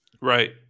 Right